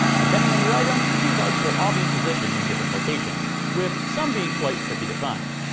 depending on your item, these lights will all be positioned in different locations, with some being quite tricky to find.